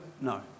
No